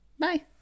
Bye